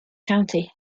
county